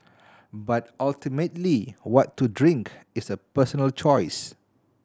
but ultimately what to drink is a personal choice